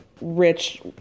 rich